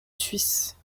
suisse